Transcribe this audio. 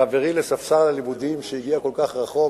חברי לספסל הלימודים שהגיע כל כך רחוק,